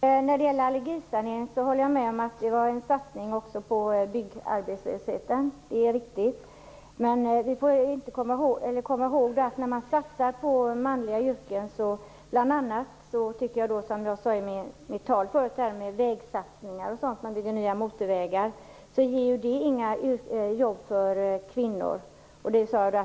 Herr talman! Jag håller med om att allergisaneringen var en satsning också på byggarbetslösheten. Det är riktigt. Men vi måste komma ihåg att satsningar på manliga yrken inte ger några jobb för kvinnor. Jag nämnde vägsatsningar i mitt tal förut. Man bygger nya motorvägar.